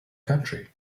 country